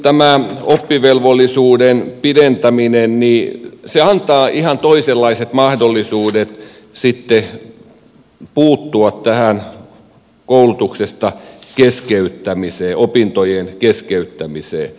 myöskin oppivelvollisuuden pidentäminen antaa ihan toisenlaiset mahdollisuudet puuttua tähän koulutuksen keskeyttämiseen opintojen keskeyttämiseen